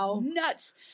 nuts